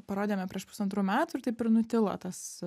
parodėme prieš pusantrų metų ir taip ir nutilo tas